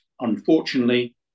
unfortunately